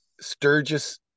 Sturgis